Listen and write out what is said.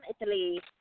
Italy